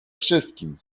wszystkim